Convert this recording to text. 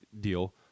deal